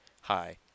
hi